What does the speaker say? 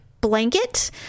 blanket